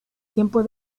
tiempo